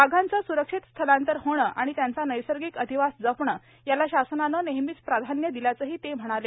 वाघांचे सुरक्षित स्थलांतर होणे आणि त्यांचा नैसर्गिक अधिवास जपणे याला शासनाने नेहमीच प्राधान्य दिल्याचेही ते म्हणाले